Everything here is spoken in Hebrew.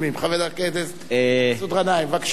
חבר הכנסת מסעוד גנאים, בבקשה.